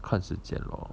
看时间 lor